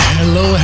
Hello